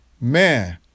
Man